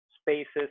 spaces